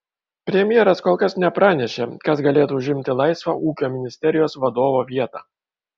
premjeras kol kas nepranešė kas galėtų užimti laisvą ūkio ministerijos vadovo vietą